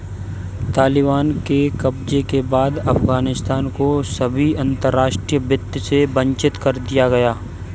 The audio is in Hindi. तालिबान के कब्जे के बाद अफगानिस्तान को सभी अंतरराष्ट्रीय वित्त से वंचित कर दिया गया